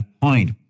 point